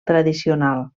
tradicional